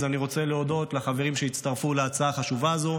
אז אני רוצה להודות לחברים שהצטרפו להצעה החשובה הזו,